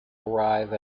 arrive